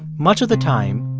much of the time,